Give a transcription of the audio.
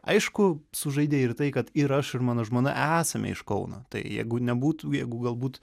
aišku sužaidė ir tai kad ir aš ir mano žmona esame iš kauno tai jeigu nebūtų jeigu galbūt